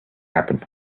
happen